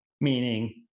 meaning